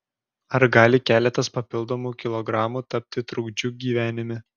ar gali keletas papildomų kilogramų tapti trukdžiu gyvenime